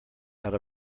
out